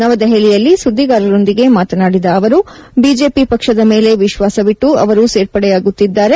ನವದೆಹಲಿಯಲ್ಲಿ ಸುದ್ದಿಗಾರರೊಂದಿಗೆ ಮಾತನಾಡಿದ ಅವರು ಬಿಜೆಪಿ ಪಕ್ಷದ ಮೇಲೆ ವಿಶ್ವಾಸವಿಟ್ಟು ಅವರು ಸೇರ್ಪಡೆಯಾಗುತ್ತಿದ್ದಾರೆ